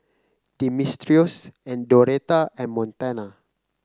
Dimitrios and Doretta and Montana